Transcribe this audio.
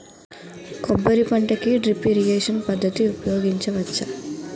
కొబ్బరి పంట కి డ్రిప్ ఇరిగేషన్ పద్ధతి ఉపయగించవచ్చా?